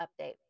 update